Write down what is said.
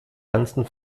ganzen